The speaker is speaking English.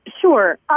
Sure